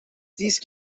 these